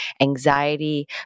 anxiety